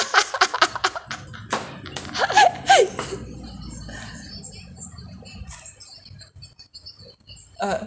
uh